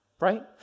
Right